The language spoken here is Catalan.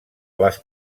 els